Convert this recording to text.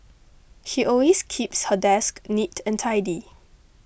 she always keeps her desk neat and tidy